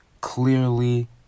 clearly